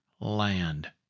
land